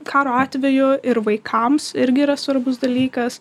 karo atveju ir vaikams irgi yra svarbus dalykas